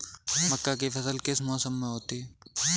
मक्का की फसल किस मौसम में होती है?